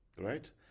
right